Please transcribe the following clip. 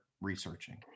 researching